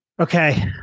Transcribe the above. Okay